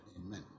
Amen